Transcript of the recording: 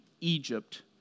Egypt